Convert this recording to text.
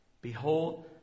Behold